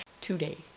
Today